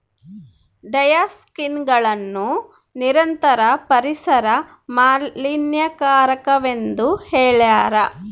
ಡಯಾಕ್ಸಿನ್ಗಳನ್ನು ನಿರಂತರ ಪರಿಸರ ಮಾಲಿನ್ಯಕಾರಕವೆಂದು ಹೇಳ್ಯಾರ